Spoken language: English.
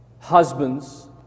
Husbands